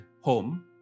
home